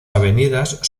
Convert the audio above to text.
avenidas